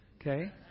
Okay